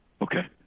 Okay